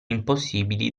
impossibili